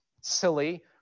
silly